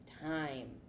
time